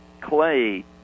clay